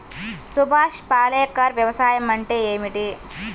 సుభాష్ పాలేకర్ వ్యవసాయం అంటే ఏమిటీ?